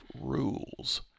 rules